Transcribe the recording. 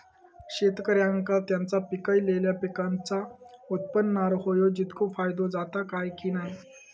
शेतकऱ्यांका त्यांचा पिकयलेल्या पीकांच्या उत्पन्नार होयो तितको फायदो जाता काय की नाय?